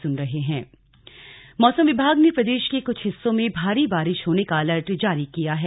मौसम मौसम विभाग ने प्रदेश के कुछ हिस्सों में भारी बारिश होने का अलर्ट जारी किया है